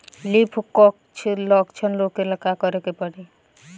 Leaf curl लक्षण रोकेला का करे के परी?